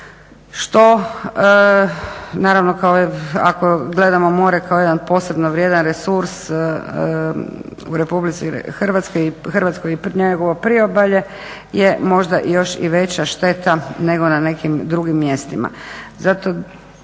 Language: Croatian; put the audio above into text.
što naravno kao, ako gledamo more kao jedan posebno vrijedan resurs u Republici Hrvatskoj i njegovo priobalje je možda još i veća šteta nego na nekim drugim mjestima.